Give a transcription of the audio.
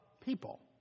people